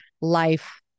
life